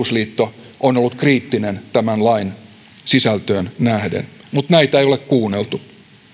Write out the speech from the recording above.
myös elinkeinoelämän keskusliitto on ollut kriittinen tämän lain sisältöön nähden mutta näitä ei ole kuunneltu